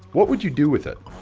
what would you do with it?